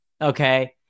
Okay